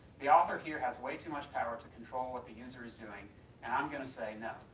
the author here has way too much power to control what the user is doing and i'm going to say no,